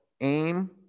aim